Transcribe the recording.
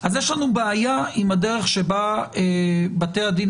אז יש לנו בעיה עם הדרך שבה בתי הדין